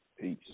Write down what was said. Peace